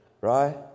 right